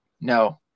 No